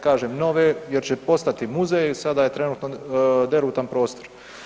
Kažem nove jer će postati muzej, sada je trenutno derutan prostor.